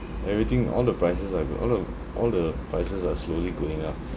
everything all the prices are go all uh all the prices are slowly going up